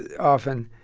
often.